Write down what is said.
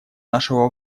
нашего